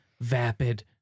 vapid